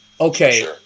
Okay